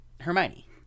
Hermione